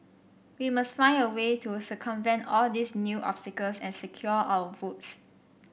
we must find a way to circumvent all these new obstacles and secure our votes